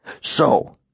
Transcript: So—